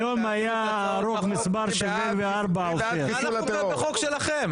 היום היה ההרוג מס' 74. למה אתה פוגע בחוק שלכם?